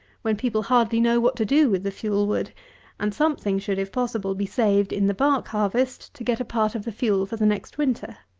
when people hardly know what to do with the fuelwood and something should, if possible, be saved in the bark-harvest to get a part of the fuel for the next winter.